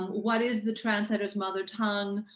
what is the translator's mother tongue?